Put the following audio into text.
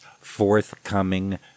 forthcoming